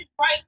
right